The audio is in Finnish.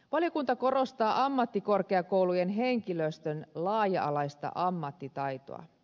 valiokunta korostaa ammattikorkeakoulujen henkilöstön laaja alaista ammattitaitoa